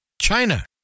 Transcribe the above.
China